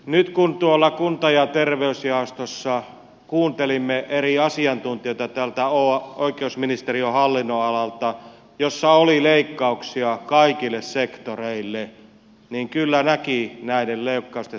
nyt kun tuolla kunta ja terveysjaostossa kuuntelimme eri asiantuntijoita täältä oikeusministeriön hallinnonalalta jossa oli leikkauksia kaikille sektoreille niin kyllä näki näiden leikkausten seuraukset